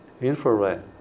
Infrared